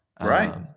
Right